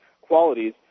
qualities